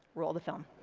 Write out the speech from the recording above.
roll the film.